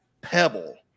pebble